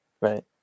right